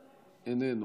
איננו,